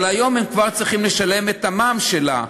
אבל היום הם כבר צריכים לשלם את המע"מ עליה.